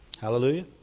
Hallelujah